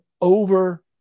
over